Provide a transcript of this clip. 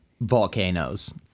volcanoes